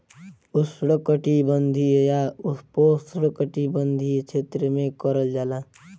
उष्णकटिबंधीय या उपोष्णकटिबंधीय क्षेत्र में करल जाला